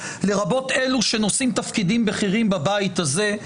לרבות אלו שנושאים תפקידים בכירים בבית הזה,